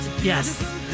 Yes